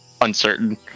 uncertain